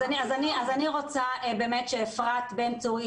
אז אני רוצה באמת שאפרת בן צור,